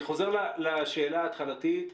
אני חוזר לשאלה התחלתית.